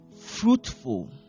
fruitful